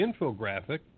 infographic